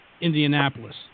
Indianapolis